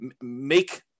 make